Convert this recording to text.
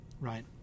right